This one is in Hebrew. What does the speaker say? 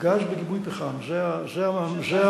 גז בגיבוי פחם, זו המתכונת.